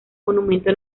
monumento